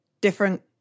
different